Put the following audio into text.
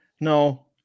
No